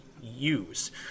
use